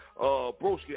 Broski